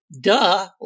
duh